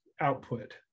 output